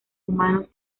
humanos